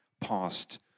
past